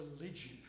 religion